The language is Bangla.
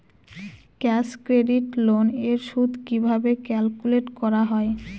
ক্যাশ ক্রেডিট লোন এর সুদ কিভাবে ক্যালকুলেট করা হয়?